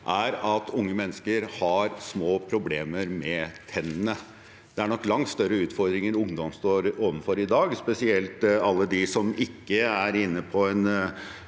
er at unge mennesker har få problemer med tennene. Det er nok langt større utfordringer ungdom står overfor i dag, spesielt alle de som ikke er inne i et